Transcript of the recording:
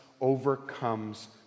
overcomes